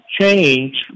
change